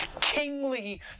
kingly